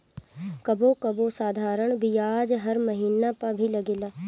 कबो कबो साधारण बियाज हर महिना पअ भी लागेला